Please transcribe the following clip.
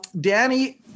Danny